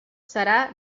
serà